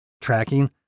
tracking